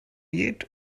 yet